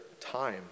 time